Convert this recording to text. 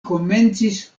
komencis